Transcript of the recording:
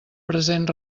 present